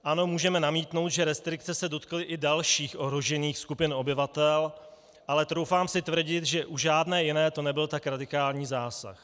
Ano, můžeme namítnout, že restrikce se dotkly i dalších ohrožených skupin obyvatel, ale troufám si tvrdit, že u žádné jiné to nebyl tak radikální zásah.